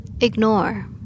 Ignore